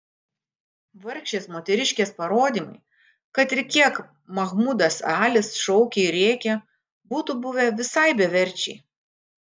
vargšės moteriškės parodymai kad ir kiek mahmudas alis šaukė ir rėkė būtų buvę visai beverčiai